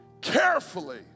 Carefully